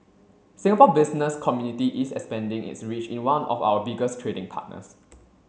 Singapore Business Community is expanding its reach in one of our biggest trading partners